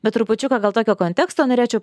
bet trupučiuką gal tokio konteksto norėčiau